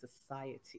Society